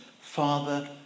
father